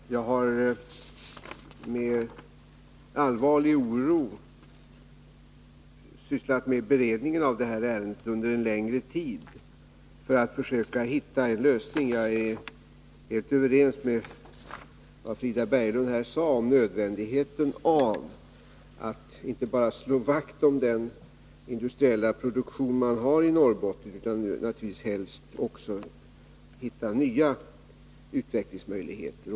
Fru talman! Jag har under en längre tid med allvarlig oro arbetat med beredningen av detta ärende för att försöka hitta en lösning. Jag kan helt instämma i vad Frida Berglund här sade om nödvändigheten av att vi inte bara slår vakt om den industriella produktion som finns i Norrbotten utan naturligtvis helst också hittar nya utvecklingsmöjligheter.